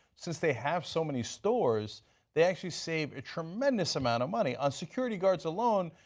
since they have so many stores they actually save a tremendous amount of money. on security guards alone,